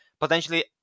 Potentially